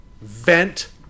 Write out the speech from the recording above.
Vent